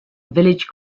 village